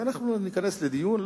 ואנחנו ניכנס לדיון,